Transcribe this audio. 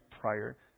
prior